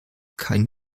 kein